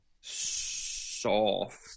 soft